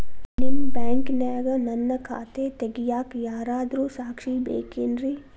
ನಿಮ್ಮ ಬ್ಯಾಂಕಿನ್ಯಾಗ ನನ್ನ ಖಾತೆ ತೆಗೆಯಾಕ್ ಯಾರಾದ್ರೂ ಸಾಕ್ಷಿ ಬೇಕೇನ್ರಿ?